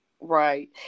Right